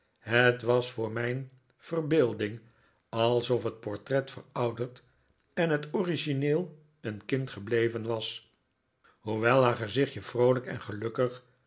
het was voor mijn verbeelding alsof het portret verouderd en het origineel een kind gebleven was hoewel haar gezichtje vroolijk en gelukkig